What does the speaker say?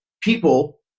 people